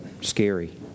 scary